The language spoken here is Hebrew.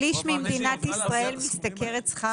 שליש ממדינת ישראל משתכרת שכר מינימום.